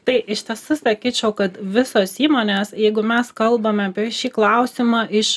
tai iš tiesų sakyčiau kad visos įmonės jeigu mes kalbame apie šį klausimą iš